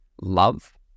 love